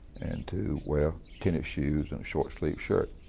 to wear tennis shoes and a short sleeve shirt.